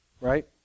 right